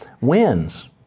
wins